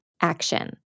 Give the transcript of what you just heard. action